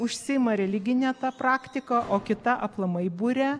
užsiima religine praktika o kita aplamai buria